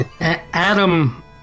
Adam